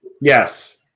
Yes